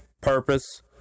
Purpose